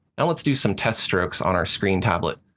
and let's do some test strokes on our screen tablet.